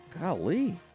golly